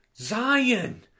Zion